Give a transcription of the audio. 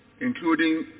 including